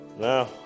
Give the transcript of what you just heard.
Now